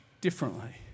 differently